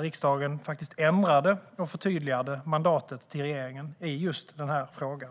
riksdagen faktiskt ändrade och förtydligade mandatet till regeringen i just denna fråga.